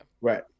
right